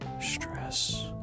stress